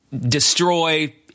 destroy